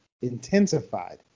intensified